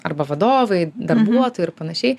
arba vadovai darbuotojai ir panašiai